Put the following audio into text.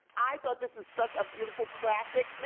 i thought this was such a beautiful, classic, me